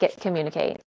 communicate